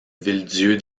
villedieu